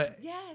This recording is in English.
Yes